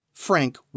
Frank